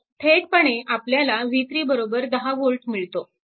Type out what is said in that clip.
तर थेट पणे आपल्याला v310V मिळतो